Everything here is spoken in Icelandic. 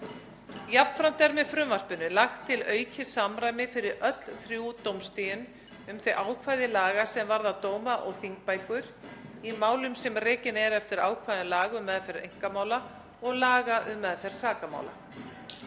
Jafnframt er með frumvarpinu lagt til aukið samræmi fyrir öll þrjú dómstigin um þau ákvæði laga sem varða dóma- og þingbækur, í málum sem rekin eru eftir ákvæðum laga um meðferð einkamála og laga um meðferð sakamála.